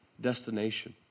destination